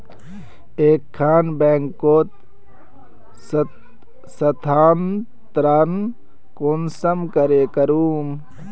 एक खान बैंकोत स्थानंतरण कुंसम करे करूम?